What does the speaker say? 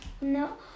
no